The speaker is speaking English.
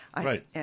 Right